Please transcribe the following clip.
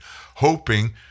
hoping